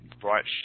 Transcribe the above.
bright